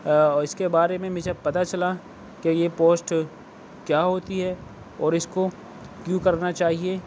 اس کے بارے میں مجھے پتا چلا کہ یہ پوسٹ کیا ہوتی ہے اور اس کو کیوں کرنا چاہیے